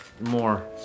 more